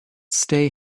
stay